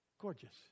Gorgeous